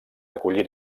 acollir